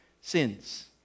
sins